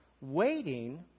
waiting